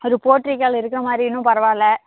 அது போர்ட்டிக்காள் இருக்கிற மாதிரினும் பரவாயில்ல